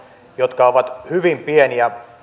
jotka ovat hyvin pieniä